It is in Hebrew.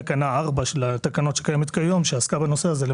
תקנה 4 לתקנות שקיימת היום ועסקה בנושא הזה,